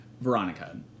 Veronica